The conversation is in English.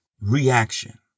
reaction